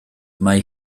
mae